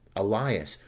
elias,